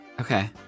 Okay